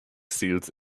seals